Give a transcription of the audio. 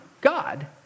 God